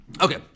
okay